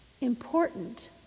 important